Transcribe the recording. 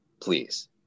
please